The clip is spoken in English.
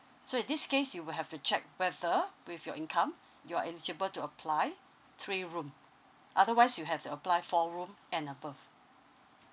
so in this case you will have to check whether with your income you are eligible to apply three room otherwise you have to apply four room and above